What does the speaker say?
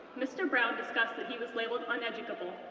mr. brown discussed that he was labeled uneducable,